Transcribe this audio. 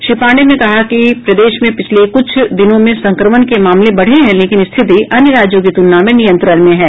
श्री पांडेय ने कहा कि प्रदेश में पिछले कुछ दिनों में संक्रमण के मामले बढ़े हैं लेकिन स्थिति अन्य राज्यों की तुलना में नियंत्रण में है